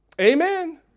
Amen